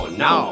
no